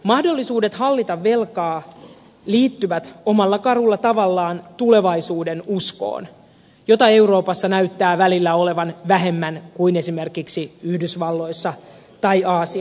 mahdollisuudet hallita velkaa liittyvät omalla karulla tavallaan tulevaisuudenuskoon jota euroopassa näyttää välillä olevan vähemmän kuin esimerkiksi yhdysvalloissa tai aasiassa